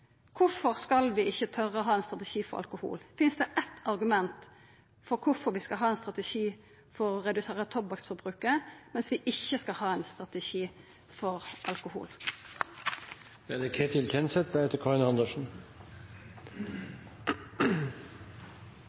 Kvifor skal vi ikkje tora å ha ein strategi for alkohol? Finst det eitt argument for kvifor vi skal ha ein strategi for å redusera tobakksforbruket, mens vi ikkje skal ha ein strategi for alkohol?